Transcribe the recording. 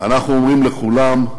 אנחנו אומרים לכולם: